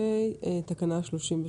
תקנה 33,